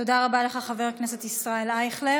תודה רבה לך, חבר הכנסת ישראל אייכלר.